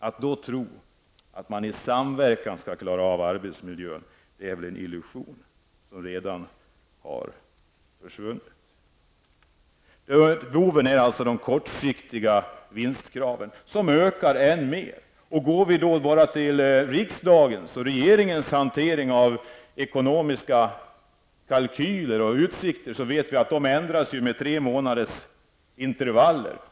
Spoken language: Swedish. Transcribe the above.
Att då tro att man i samverkan skall kunna klara av arbetsmiljön är väl en illussion som redan har krossats. Boven är de kortsiktiga vinstkraven, som ökar än mer. Vi vet ju att riksdagens och regeringens hantering av ekonomiska kalkyler och utsikter ändras med tre månaders intervaller.